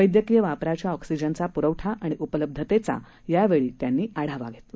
वैद्यकीय वापराच्या ऑक्सिजनचा पुरवठा आणि उपलब्धतेचा ते यावेळी आढावा घेतला